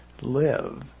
live